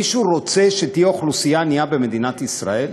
מישהו רוצה שתהיה אוכלוסייה ענייה במדינת ישראל?